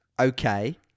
Okay